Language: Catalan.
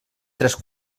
tres